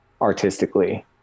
artistically